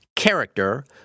character